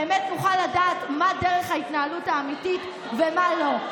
באמת נוכל לדעת מה דרך ההתנהלות האמיתית ומה לא.